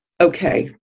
okay